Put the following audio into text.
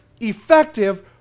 effective